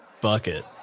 bucket